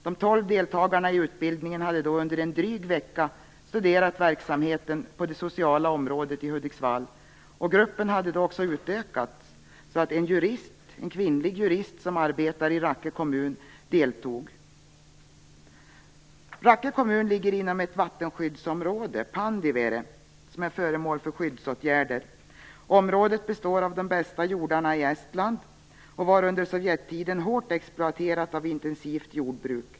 De tolv som deltog i utbildningen hade då under en dryg vecka studerat verksamheten på det sociala området i Hudiksvall, och gruppen hade då också utökats så att även en kvinnlig jurist som arbetar i Rakke kommun deltog. Rakke kommun ligger inom ett vattenskyddsområde, Pandivere, som är föremål för skyddsåtgärder. Området består av de bästa jordarna i Estland och var under Sovjettiden hårt exploaterat av intensivt jordbruk.